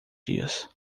dias